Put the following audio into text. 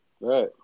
Right